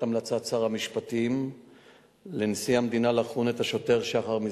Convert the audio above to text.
המלצת שר המשפטים לנשיא המדינה לחון את השוטר שחר מזרחי.